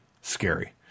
Scary